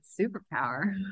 superpower